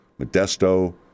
Modesto